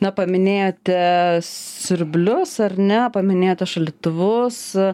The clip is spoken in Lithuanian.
na paminėjote siurblius ar ne paminėjote šaldytuvus